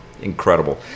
Incredible